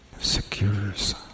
Secures